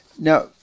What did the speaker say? Now